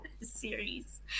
series